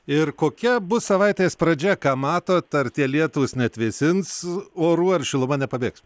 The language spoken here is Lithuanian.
ir kokia bus savaitės pradžia ką matot ar tie lietūs neatvėsins orų ar šiluma nepabėgs